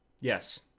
Yes